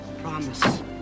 Promise